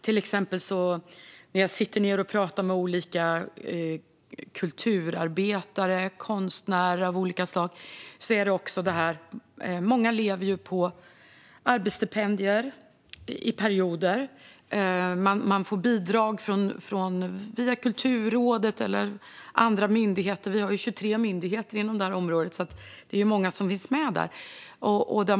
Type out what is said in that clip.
Jag sitter till exempel och pratar med kulturarbetare och konstnärer av olika slag. Många lever i perioder på arbetsstipendier. De får bidrag via Kulturrådet eller andra myndigheter. Vi har 23 myndigheter inom detta område - det är alltså många.